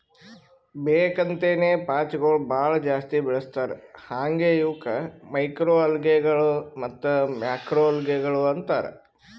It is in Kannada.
ಬೇಕ್ ಅಂತೇನೆ ಪಾಚಿಗೊಳ್ ಭಾಳ ಜಾಸ್ತಿ ಬೆಳಸ್ತಾರ್ ಹಾಂಗೆ ಇವುಕ್ ಮೈಕ್ರೊಅಲ್ಗೇಗಳ ಮತ್ತ್ ಮ್ಯಾಕ್ರೋಲ್ಗೆಗಳು ಅಂತಾರ್